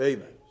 Amen